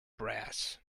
brass